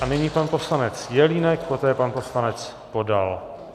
Tak a nyní pan poslanec Jelínek, poté pan poslanec Podal.